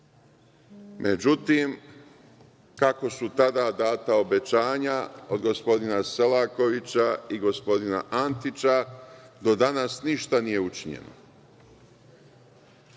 Međutim, kako su tada data obećanja od gospodina Selakovića i gospodina Antića, do danas ništa nije učinjeno. Podsećam